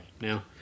Now